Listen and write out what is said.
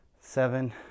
seven